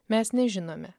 mes nežinome